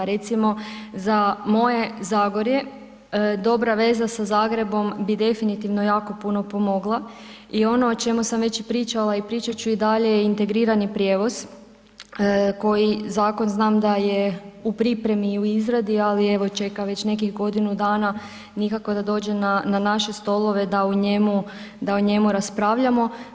Recimo za moje Zagorje dobra veza sa Zagrebom bi definitivno jako puno pomogla i ono o čemu sam već i pričala i pričat ću i dalje je integrirani prijevoz koji, zakon znam da je u pripremi i u izradi ali evo čeka već nekih godinu dana, nikako da dođe na naše stolove da o njemu, da o njemu raspravljamo.